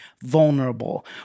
vulnerable